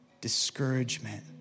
discouragement